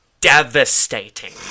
devastating